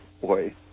boy